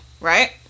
Right